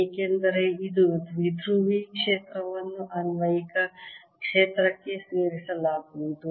ಏಕೆಂದರೆ ಇದು ದ್ವಿಧ್ರುವಿ ಕ್ಷೇತ್ರವನ್ನು ಅನ್ವಯಿಕ ಕ್ಷೇತ್ರಕ್ಕೆ ಸೇರಿಸಲಾಗುವುದು